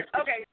Okay